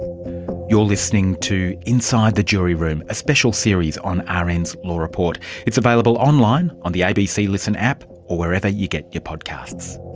you're listening to inside the jury room, a special series on ah rn's law report. it's available online, on the abc listen app, or wherever you get your podcasts.